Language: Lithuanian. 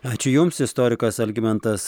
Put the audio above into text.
ačiū jums istorikas algimantas